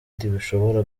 bushobora